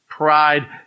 Pride